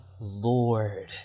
Lord